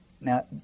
Now